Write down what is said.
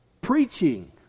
preaching